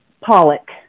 Pollock